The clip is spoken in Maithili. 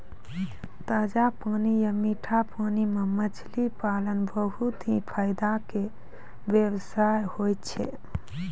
ताजा पानी या मीठा पानी मॅ मछली पालन बहुत हीं फायदा के व्यवसाय होय छै